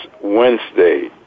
Wednesday